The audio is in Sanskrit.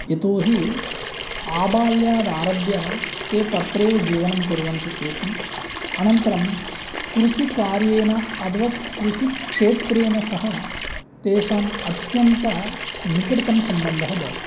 यतोहि आबाल्यादारभ्य ते तत्रैव जीवनं कुर्वन्ति एकम् अनन्तरं कृषिकार्येन अथवा कृषिक्षेत्रेण सह तेषां अत्यन्तनिकटतमसम्बन्धः भवति